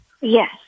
Yes